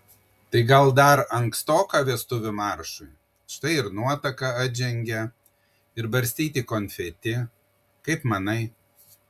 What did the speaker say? tai gal dar ankstoka vestuvių maršui štai ir nuotaka atžengia ir barstyti konfeti kaip manai